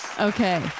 okay